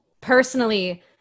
personally